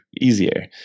easier